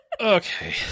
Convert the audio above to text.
Okay